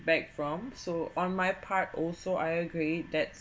from so on my part also I agree that